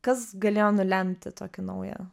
kas galėjo nulemti tokį naują